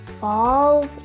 falls